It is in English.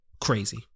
Crazy